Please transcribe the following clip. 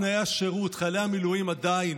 תנאי השירות: חיילי המילואים עדיין,